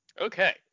okay